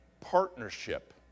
partnership